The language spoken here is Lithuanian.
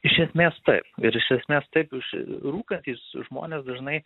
iš esmės taip ir iš esmės taip iš rūkantys žmonės dažnai